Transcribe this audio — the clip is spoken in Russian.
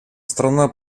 страна